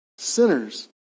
sinners